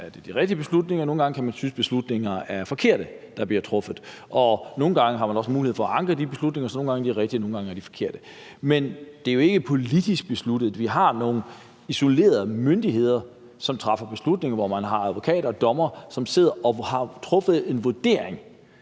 er det de rigtige beslutninger, og nogle gange kan man synes, at de beslutninger, der bliver truffet, er forkerte. Og nogle gange har man også mulighed for at anke de beslutninger. Så nogle gange er de rigtige, og nogle gange er de forkerte. Men det er jo ikke politisk besluttet. Vi har nogle isolerede myndigheder, som træffer beslutninger, hvor man har advokater og dommere, som sidder og foretager en vurdering.